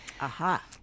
aha